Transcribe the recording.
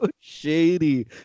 shady